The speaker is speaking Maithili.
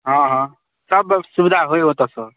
हँ हँ सभ सुविधा होइ ओतयसँ